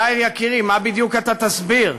יאיר יקירי, מה בדיוק אתה תסביר,